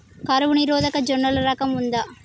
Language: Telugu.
కరువు నిరోధక జొన్నల రకం ఉందా?